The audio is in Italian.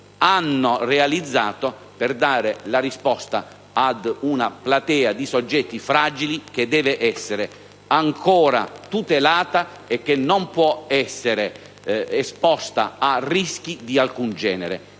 hanno realizzato per dare una risposta ad una platea di soggetti fragili, che deve essere ancora tutelata e che non può essere esposta a rischi di alcun genere.